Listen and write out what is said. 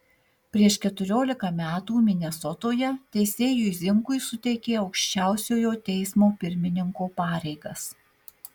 prieš keturiolika metų minesotoje teisėjui zinkui suteikė aukščiausiojo teismo pirmininko pareigas